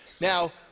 Now